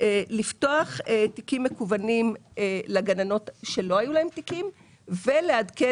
לפתוח תיקים מקוונים לגננות שלא היו להן תיקים ולעדכן